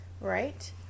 right